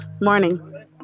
Morning